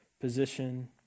position